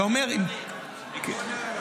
אתה אומר --- למה אני?